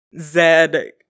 Zed